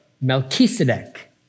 Melchizedek